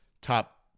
top